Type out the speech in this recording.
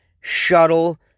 shuttle